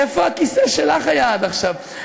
איפה הכיסא שלך היה עד עכשיו?